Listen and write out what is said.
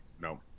No